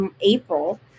April